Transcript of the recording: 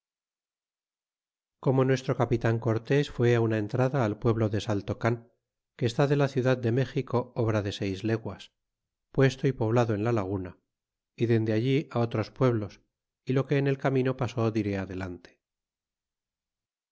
como nuestro capitan cortés fuó ámna entrada al pueblo de saltocan que está de la ciudad de necio cosa de seis leguas puesto y poblado en la laguna pag t dende allí otros pueblos y lo que en el camino pasó